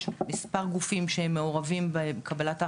יש מספר גופים שמעורבים בקבלת ההחלטות.